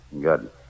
Good